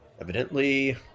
evidently